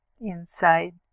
inside